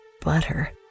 butter